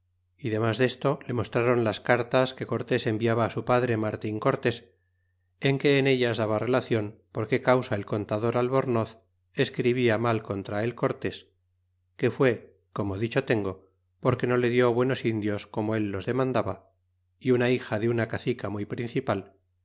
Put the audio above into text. y demás desto le mostráron las cartas que cortés enviaba á su padre mulla cortés en que en ellas daba relacion por qué causa el contador albornoz escribia mal contra el cortes que fué como dicho tengo porque no le die buenos indios como él los demandaba y una hija de una cacica muy principal